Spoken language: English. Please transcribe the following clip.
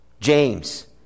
James